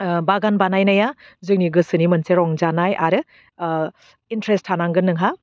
ओह बागान बानायनाया जोंनि गोसोनि मोनसे रंजानाय आरो ओह इन्ट्रेस्ट थानांगोन नोंहा